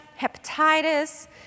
hepatitis